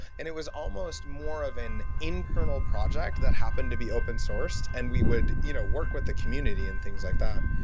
and it was almost more of an internal project that happen to be open sourced and we would you know work in the community and things like that.